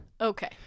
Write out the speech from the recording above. Okay